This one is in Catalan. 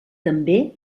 també